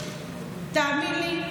תאמין לי,